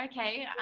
Okay